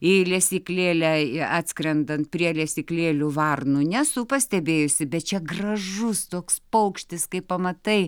į lesyklėlę i atskrendant prie lesyklėlių varnų nesu pastebėjusi bet čia gražus toks paukštis kai pamatai